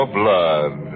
blood